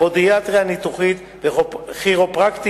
פודיאטריה ניתוחית וכירופרקטיקה,